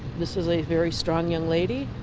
this is a very strong young lady.